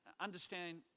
understand